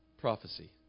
prophecy